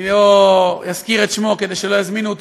אני לא אזכיר את שמו כדי שלא יזמינו אותו